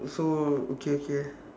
so okay okay